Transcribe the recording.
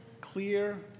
clear